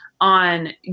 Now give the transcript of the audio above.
on